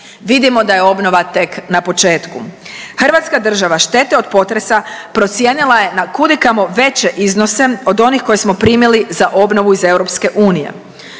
vidimo da je obnova tek na početku. Hrvatska država štete od potresa procijenila je na kudikamo veće iznose od onih koje smo primili za obnovu iz EU.